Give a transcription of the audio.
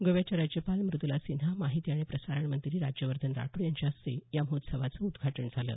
गोव्याच्या राज्यपाल मृदुला सिन्हा माहिती आणि प्रसारणमंत्री राज्यवर्धन राठोड यांच्या हस्ते या महोत्सवाचं उद्घाटन झालं